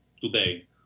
today